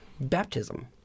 baptism